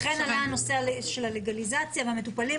שרן --- אכן עלה הנושא של הלגליזציה והמטופלים.